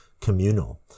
Communal